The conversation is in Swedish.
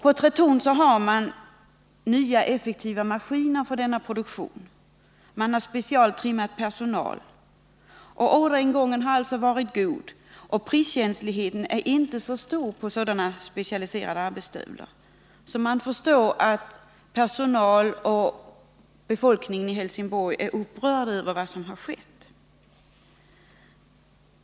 På Tretorn finns nya effektiva maskiner för denna produktion och specialtrimmad personal. Orderingången har alltså varit god, och priskänsligheten är inte så stor på dessa speciella arbetsstövlar. Man förstår alltså att personalen vid Tretorn och befolkningen i Helsingborg är upprörda över vad som har skett.